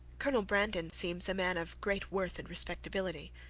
colonel brandon seems a man of great worth and respectability.